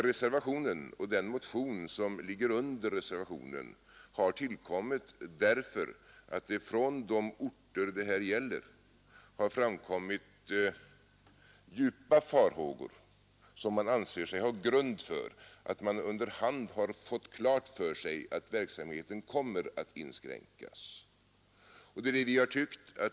Reservationen och den motion som ligger under reservationen har tillkommit därför att det från de orter det här gäller har framkommit djupa farhågor som man anser sig ha grund för eftersom man under hand fått klart för sig att verksamheten kommer att inkränkas.